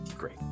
great